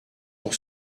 pour